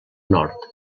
nord